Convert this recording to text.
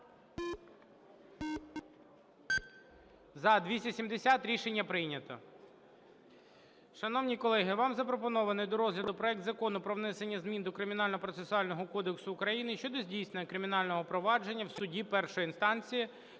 За-270 Рішення прийнято.